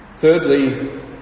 Thirdly